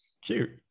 cute